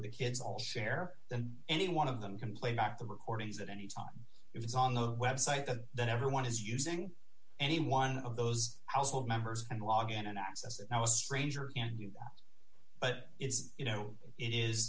the kids all share then any one of them can play back the recordings at any time it's on the website that that everyone is using any one of those household members and log in and access it now a stranger can you but it's you know it is